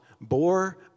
bore